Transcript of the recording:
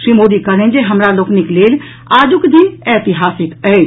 श्री मोदी कहलनि जे हमरा लोकनिक लेल आजुक दिन ऐतिहासिक अछि